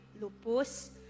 lupus